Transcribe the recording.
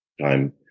time